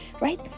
Right